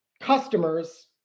customers